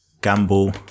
Gamble